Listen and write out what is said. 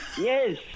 Yes